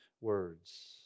words